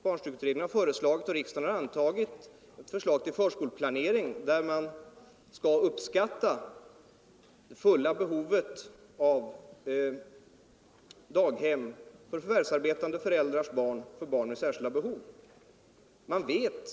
Barnstugeutredningen har framlagt och riksdagen har antagit ett förslag till förskoleplanering, som innebär att man skall uppskatta det fulla behovet av daghemsplatser för förvärvsarbetande föräldrars barn och barn med särskilda behov.